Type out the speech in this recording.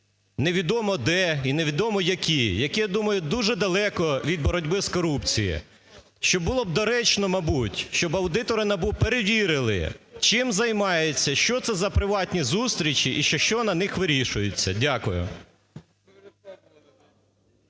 невідомо де і невідомо які, які, я думаю, дуже далеко від боротьби з корупцією? Що було б доречно, мабуть, щоб аудитори НАБУ перевірили, чим займається, що це за приватні зустрічі і що на них вирішується. Дякую.